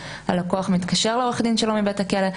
כשהלקוח מתקשר לעורך הדין שלו מבית הכלא,